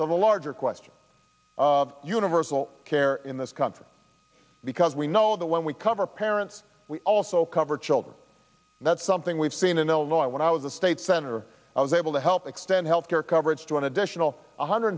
to the larger question universal care in this country because we know that when we cover parents we also cover children and that's something we've seen in illinois when i was a state senator i was able to help extend health care coverage to an additional hundred